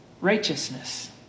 Righteousness